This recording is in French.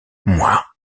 moi